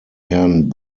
herrn